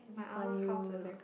my ah ma counts a not